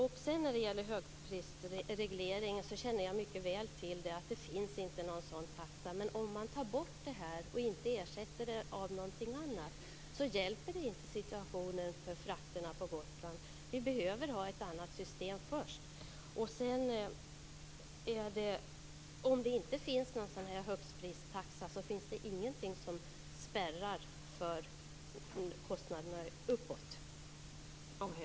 När det sedan gäller högstprisregleringen känner jag mycket väl till att det inte finns någon sådan taxa. Men om man tar bort det här och inte ersätter det med någonting annat hjälper inte det situationen för frakterna på Gotland. Vi behöver ha ett annat system först. Om det inte finns någon högstpristaxa finns det ingenting som spärrar kostnaderna uppåt.